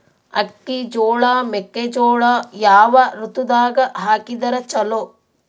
ಅಕ್ಕಿ, ಜೊಳ, ಮೆಕ್ಕಿಜೋಳ ಯಾವ ಋತುದಾಗ ಹಾಕಿದರ ಚಲೋ?